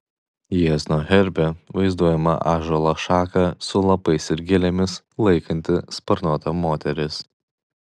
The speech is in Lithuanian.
jiezno herbe vaizduojama ąžuolo šaką su lapais ir gilėmis laikanti sparnuota moteris